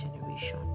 generation